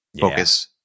focus